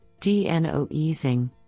DNO-easing